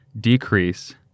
decrease